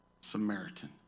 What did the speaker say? Samaritan